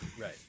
Right